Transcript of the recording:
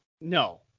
No